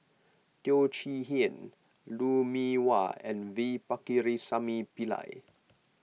Teo Chee Hean Lou Mee Wah and V Pakirisamy Pillai